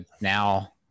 now